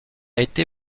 été